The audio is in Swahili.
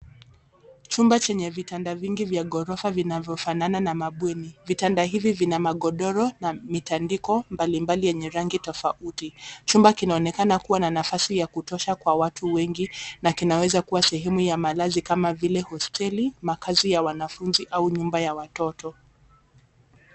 Chumba chenye vitanda vingi vya ghorofa vinavyofanana na mabweni, vitanda hivi vina magodoro na mitandiko mbali mbali yenye rango tofauti, chumba kinaonekana kua na nafasi ya kutosha kwa watu wengi na kinaweza kua sehemu ya malazi kama vile hosteli, makazi ya wanafunzi au nyumba ya watoto.